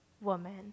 woman